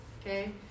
okay